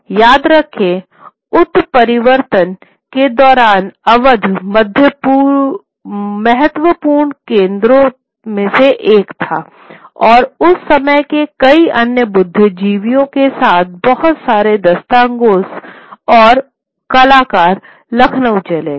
याद रखेंउत्परिवर्तन के दौरान अवध महत्वपूर्ण केंद्रों था और उस समय के कई अन्य बुद्धिजीवियों के साथ बहुत सारे दास्तानगोस और उस समय के कलाकार लखनऊ चले गए